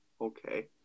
Okay